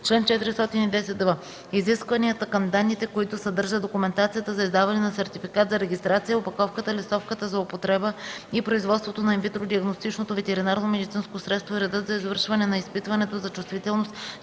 Чл. 410в. Изискванията към данните, които съдържа документацията за издаване на сертификат за регистрация, опаковката, листовката за употреба и производството на инвитро диагностичното ветеринарномедицинско средство и редът за извършване на изпитването за чувствителност,